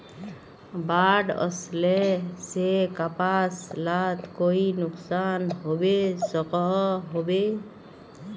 बाढ़ वस्ले से कपास लात कोई नुकसान होबे सकोहो होबे?